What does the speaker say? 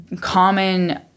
common